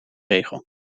regel